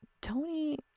Tony